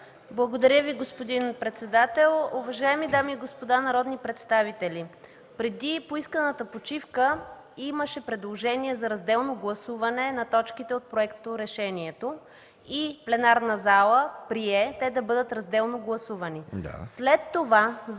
Благодаря Ви, господин председател. Уважаеми дами и господа народни представители, преди поисканата почивка, имаше предложение за разделно гласуване на точките от Проекторешението и пленарната зала прие те да бъдат разделно гласувани.